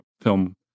film